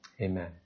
Amen